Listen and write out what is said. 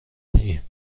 ایم